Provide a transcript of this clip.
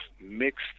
mixed